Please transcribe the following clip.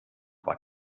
war